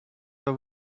zou